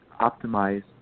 optimize